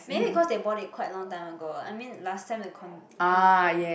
maybe because they bought it quite long time ago I mean last time the con~ eh wait